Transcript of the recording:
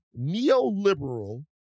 neoliberal